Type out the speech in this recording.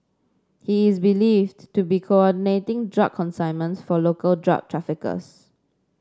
he is believed to be coordinating drug consignments for local drug traffickers